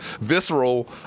visceral